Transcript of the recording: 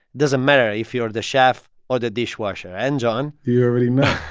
doesn't matter if you are the chef or the dishwasher. and jon you already know